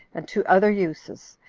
and to other uses,